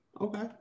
Okay